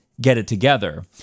get-it-together